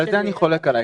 על זה אני חולק עליך.